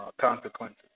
consequences